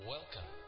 Welcome